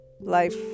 life